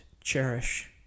cherish